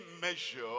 measure